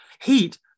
Heat